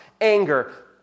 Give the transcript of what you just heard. anger